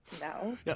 No